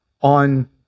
on